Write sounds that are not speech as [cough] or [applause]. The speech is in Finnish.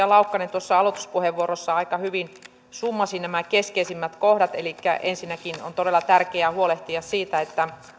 [unintelligible] laukkanen tuossa aloituspuheenvuorossaan aika hyvin summasi nämä keskeisimmät kohdat elikkä ensinnäkin on todella tärkeää huolehtia siitä